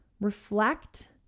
reflect